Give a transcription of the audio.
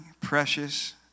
precious